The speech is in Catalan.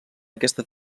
aquesta